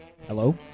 Hello